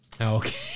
Okay